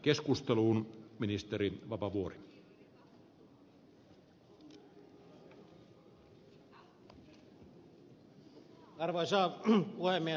arvoisa puhemies ärade talman